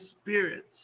spirits